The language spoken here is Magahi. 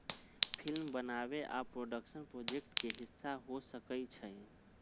फिल्म बनाबे आ प्रोडक्शन प्रोजेक्ट के हिस्सा हो सकइ छइ